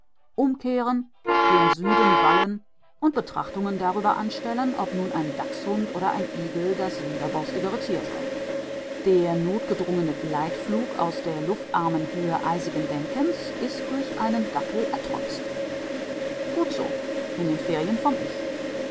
umkehren gen süden wallen und betrachtungen darüber anstellen ob nun ein dachshund oder ein igel das widerborstigere tier sei der notgedrungene gleitflug aus der luftarmen höhe eisigen denkens ist durch einen dackel ertrotzt gut so in den ferien vom